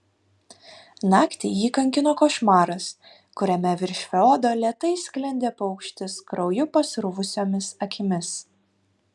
naktį jį kankino košmaras kuriame virš feodo lėtai sklendė paukštis krauju pasruvusiomis akimis